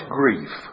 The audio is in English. grief